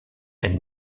elle